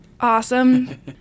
awesome